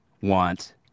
want